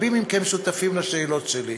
שרבים מכם שותפים לשאלות שלי.